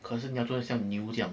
可是你要做到像牛这样